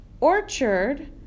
orchard